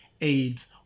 AIDS